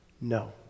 No